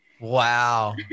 wow